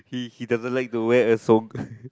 he he doesn't like to wear a sock